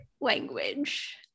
language